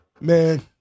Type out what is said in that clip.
Man